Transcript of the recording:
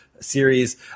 series